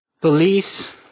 police